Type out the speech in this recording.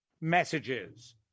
messages